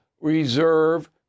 reserve